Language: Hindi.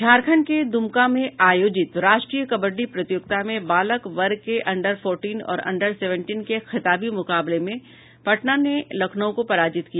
झारखंड के दुमका में आयोजित राष्ट्रीय कबड्डी प्रतियोगिता में बालक वर्ग के अंडर फोर्टीन और अंडर सेवेंटीन के खिताबी मुकाबले में पटना ने लखनऊ को पराजित किया